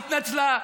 התנצלה,